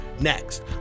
Next